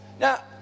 Now